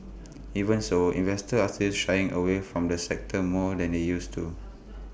even so investors are still shying away from the sector more than they used to